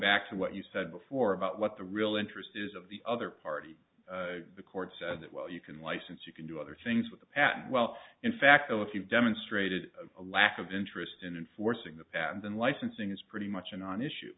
back to what you said before about what the real interest is of the other party the court said that well you can license you can do other things with the patent well in fact well if you've demonstrated a lack of interest in enforcing the patent then licensing is pretty much a non issue